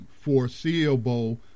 foreseeable